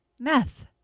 Meth